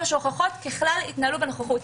שהוכחות בכלל יתנהלו כנוכחות.